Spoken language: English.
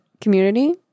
community